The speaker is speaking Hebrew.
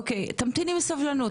אוקי, תמתיני בסבלנות.